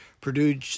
Purdue